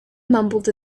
mumbled